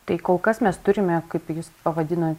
tai kol kas mes turime kaip jūs pavadino